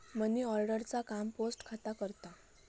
money order चा काम post खाता करता